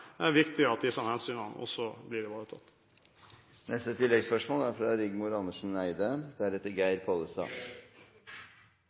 viktig at disse hensynene også blir ivaretatt.